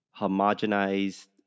homogenized